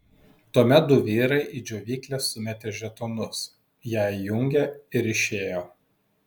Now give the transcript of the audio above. tuomet du vyrai į džiovyklę sumetė žetonus ją įjungė ir išėjo